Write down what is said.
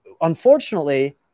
Unfortunately